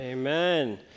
Amen